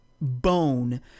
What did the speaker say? bone